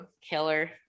Killer